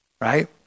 right